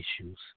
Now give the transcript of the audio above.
issues